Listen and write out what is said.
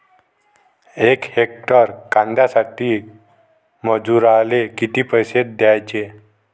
यक हेक्टर कांद्यासाठी मजूराले किती पैसे द्याचे?